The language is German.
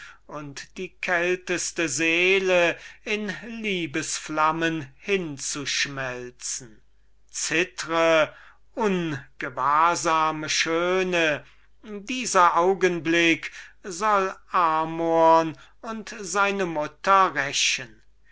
und die kälteste seele in liebesflammen hinwegzuschmelzen zittre ungewahrsame schöne dieser augenblick soll amorn und seine mutter rächen